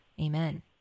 Amen